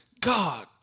God